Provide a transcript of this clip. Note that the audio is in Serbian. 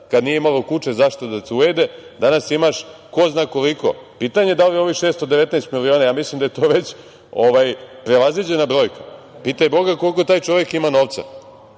kad nije imalo kuče za šta da te ujede, danas imaš ko zna koliko, pitanje da li ovih 619 miliona, mislim da je to već prevaziđena brojka. Pitaj Boga koliko taj čovek ima novca,